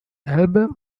album